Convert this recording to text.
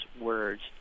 words